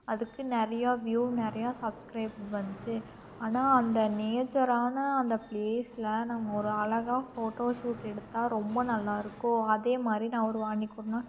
அதுக்கு நிறையா வியூ நிறையா சப்ஸ்கிரைப் வந்துச்சு ஆனால் அந்த நேச்சரான அந்த பிளேஸில் நம்ம ஒரு அழகாக ஃபோட்டோஷூட் எடுத்தால் ரொம்ப நல்லா இருக்கும் அதேமாதிரி நான் ஒரு அன்றைக்கி ஒரு நாள்